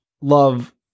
love